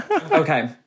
Okay